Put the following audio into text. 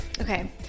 okay